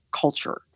culture